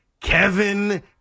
Kevin